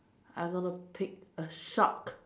I'm gonna pick a shark